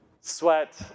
sweat